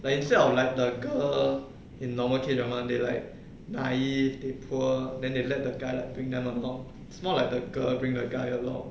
like instead of like like girl in normal K drama they like naive they poor then they let the guy like to bring them along it's more like the girl that bring the guy along